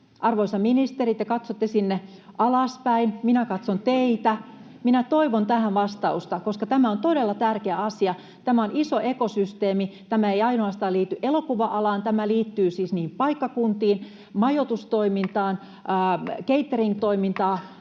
Arvoisa ministeri, te katsotte sinne alaspäin, minä katson teitä. Minä toivon tähän vastausta, koska tämä on todella tärkeä asia. Tämä on iso ekosysteemi. Tämä ei liity ainoastaan elokuva-alaan, tämä liittyy siis niihin paikkakuntiin, majoitustoimintaan,